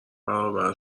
برابر